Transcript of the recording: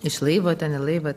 iš laivo ten į laivą